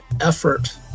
effort